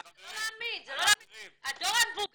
גם בדיון הקודם הפרענו לו וכן, הוא